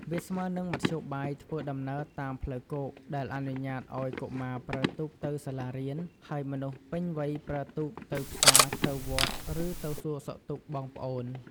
វាស្មើនឹងមធ្យោបាយធ្វើដំណើរតាមផ្លូវគោក ដែលអនុញ្ញាតឲ្យកុមារប្រើទូកទៅសាលារៀន ហើយមនុស្សពេញវ័យប្រើទូកទៅផ្សារ ទៅវត្ត ឬទៅសួរសុខទុក្ខបងប្អូន។